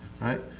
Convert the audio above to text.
right